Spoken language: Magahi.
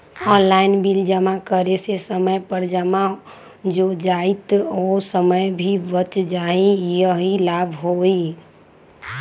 ऑनलाइन बिल जमा करे से समय पर जमा हो जतई और समय भी बच जाहई यही लाभ होहई?